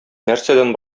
нәрсәдән